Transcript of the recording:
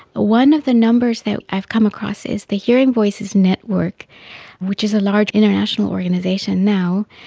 one of the numbers that i've come across is the hearing voices network which is a large international organisation now,